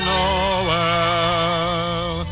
Noel